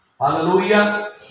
Hallelujah